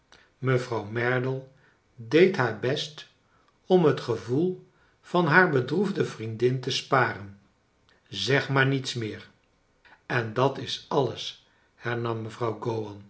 mevrouw merdle deed haar best om net gevoel van haar bedroefde vriendin te sparen zeg maar niets meer en dat is alles hernam mevrouw